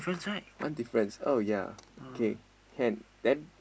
one difference oh yea K can then